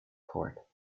court